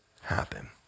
happen